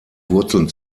wurzeln